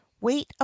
wait